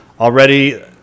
already